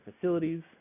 facilities